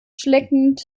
schleckend